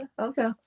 Okay